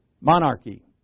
Monarchy